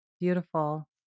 Beautiful